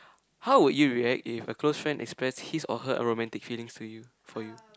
how would you react if a close friend express his or her romantic feelings to you for you